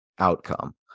outcome